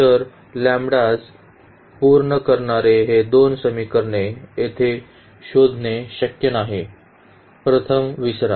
तर पूर्ण करणारे हे दोन समीकरणे येथे शोधणे शक्य नाही प्रथम विसरा